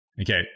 Okay